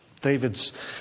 David's